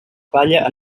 palla